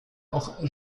auch